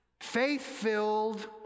faith-filled